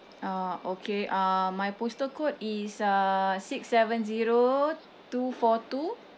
uh okay uh my postal code is uh six seven zero two four two